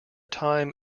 time